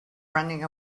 running